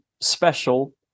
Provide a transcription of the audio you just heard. special